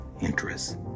interests